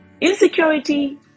Insecurity